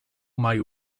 might